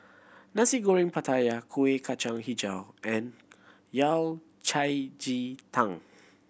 Nasi Goreng Pattaya Kuih Kacang Hijau and Yao Cai ji tang